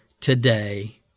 today